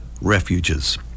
Refuges